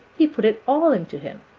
he put it all into him.